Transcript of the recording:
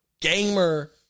gamer